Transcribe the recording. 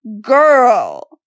Girl